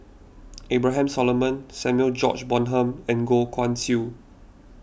Abraham Solomon Samuel George Bonham and Goh Guan Siew